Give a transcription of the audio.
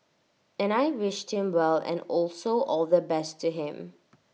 and I wished him well and also all the best to him